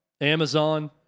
Amazon